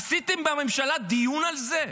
עשיתם בממשלה דיון על זה?